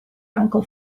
uncle